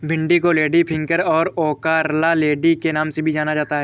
भिन्डी को लेडीफिंगर और ओकरालेडी के नाम से भी जाना जाता है